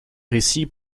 récit